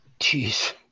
Jeez